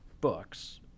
books